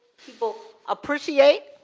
people appreciate,